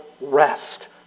rest